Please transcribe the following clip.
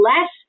less